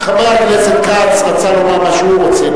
חבר הכנסת כץ רצה לומר מה שהוא רוצה,